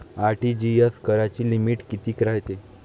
RTGS कराची limit कितीक रायते?